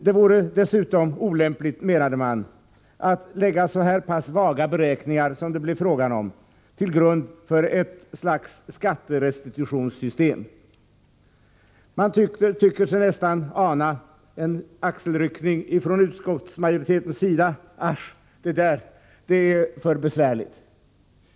Det vore dessutom olämpligt, ansågs det, att lägga så pass vaga beräkningar som det kunde bli fråga om till grund för ett skatterestitutionssystem. Man tycker sig ana en axelryckning från utskottsmajoritetens sida: Asch, det där är för besvärligt!